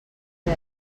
pdf